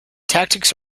tactics